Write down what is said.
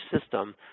system